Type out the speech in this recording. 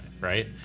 right